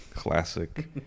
classic